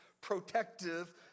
protective